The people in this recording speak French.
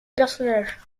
personnage